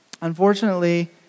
Unfortunately